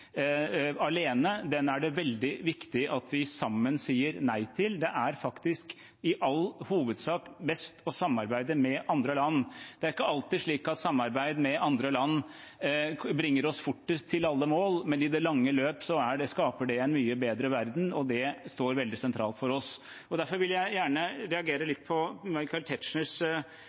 alene, er det veldig viktig at vi sammen sier nei til. Det er faktisk i all hovedsak best å samarbeide med andre land. Det er ikke alltid slik at samarbeid med andre land bringer oss fortest til alle mål, men i det lange løp skaper det en mye bedre verden, og det står veldig sentralt for oss. Derfor reagerer jeg litt på Michael